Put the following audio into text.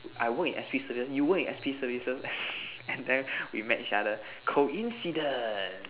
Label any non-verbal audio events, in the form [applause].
I work in S_P student you work in S_P services [breath] and than we met each other coincidence